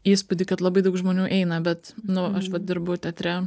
įspūdį kad labai daug žmonių eina bet nu aš vat dirbu teatre